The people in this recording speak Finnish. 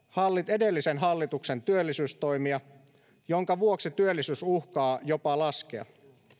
edellisen hallituksen työllisyystoimia minkä vuoksi työllisyys uhkaa jopa laskea